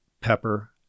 pepper